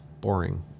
boring